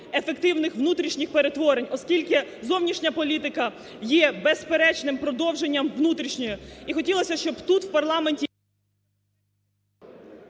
ефективних внутрішніх перетворень, оскільки зовнішня політика є безперечним продовженням внутрішньої. І хотілося б, щоб тут у парламенті…